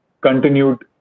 continued